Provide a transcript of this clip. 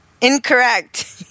Incorrect